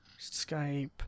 Skype